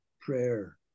prayer